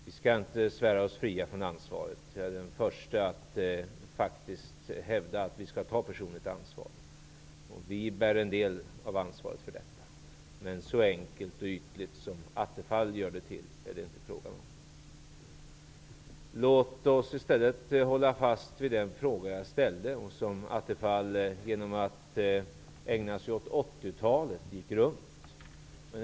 Vi skall inte svära oss fria från ansvaret. Jag är den förste att faktiskt hävda att vi skall ta personligt ansvar. Vi bär en del av ansvaret. Men det är inte så enkelt och ytligt som Stefan Attefall gör det till. Låt oss i stället hålla fast vid den fråga jag ställde och som Stefan Attefall genom att ägna sig åt 1980 talet gick runt.